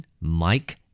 Mike